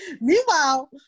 Meanwhile